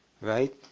Right